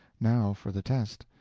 now for the test,